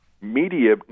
media